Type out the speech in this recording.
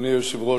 אדוני היושב-ראש,